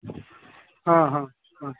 अ अ